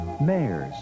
mayors